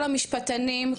כל המשפטנים,